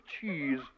cheese